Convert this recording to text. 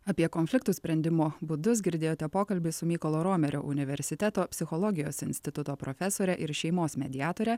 apie konfliktų sprendimo būdus girdėjote pokalbį su mykolo romerio universiteto psichologijos instituto profesore ir šeimos mediatore